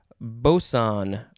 boson